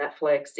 Netflix